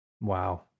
Wow